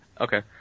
okay